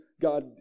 God